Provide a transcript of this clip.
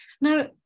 Now